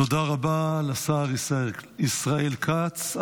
תודה רבה לשר ישראל כץ.